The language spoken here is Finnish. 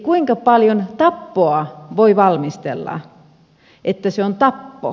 kuinka paljon tappoa voi valmistella että se on tappo